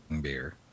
beer